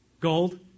gold